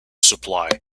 supply